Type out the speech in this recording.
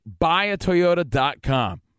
buyatoyota.com